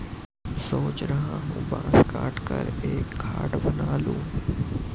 सोच रहा हूं बांस काटकर एक खाट बना लूं